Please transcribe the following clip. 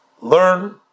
learn